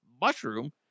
mushroom